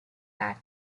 that